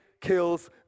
kills